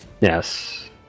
Yes